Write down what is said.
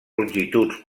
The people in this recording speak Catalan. longituds